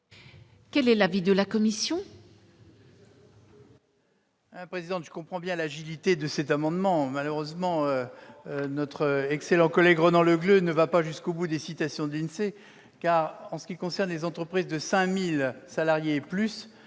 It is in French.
Quel est l'avis de la commission ?